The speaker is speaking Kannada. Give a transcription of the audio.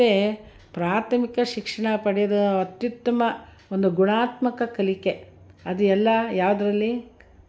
ಪ್ರಾಥಮಿಕ ಶಿಕ್ಷಣ ಪಡಿಯೋದ ಅತ್ಯುತ್ತಮ ಒಂದು ಗುಣಾತ್ಮಕ ಕಲಿಕೆ ಅದು ಎಲ್ಲ ಯಾವುದ್ರಲ್ಲಿ